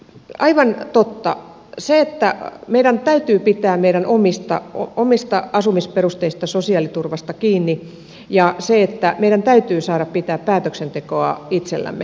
aivan totta meidän täytyy pitää meidän omasta asumisperusteisesta sosiaaliturvasta kiinni ja meidän täytyy saada pitää päätöksentekoa itsellämme